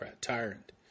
tyrant